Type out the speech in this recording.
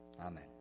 Amen